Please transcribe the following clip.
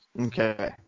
Okay